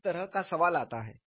इस तरह का सवाल आता है